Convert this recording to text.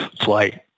flight